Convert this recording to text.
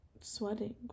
sweating